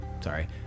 Sorry